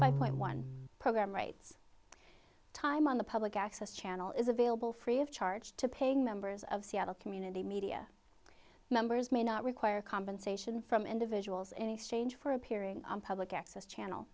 e one program writes time on the public access channel is available free of charge to paying members of seattle community media members may not require compensation from individuals in exchange for appearing on public access channel